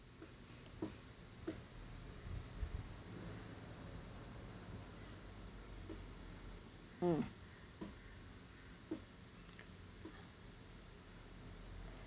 mm